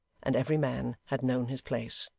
and every man had known his place.